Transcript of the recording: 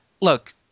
Look